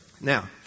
Now